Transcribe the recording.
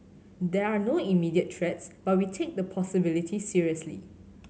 there are no immediate threats but we take the possibility seriously